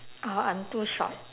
uh I'm too short